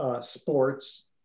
Sports